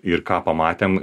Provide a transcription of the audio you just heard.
ir ką pamatėm